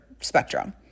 spectrum